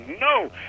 No